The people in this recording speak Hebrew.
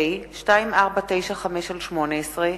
פ/2495/18,